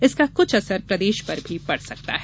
इसका कुछ असर प्रदेश पर भी पड़ सकता है